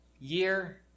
year